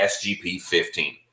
SGP15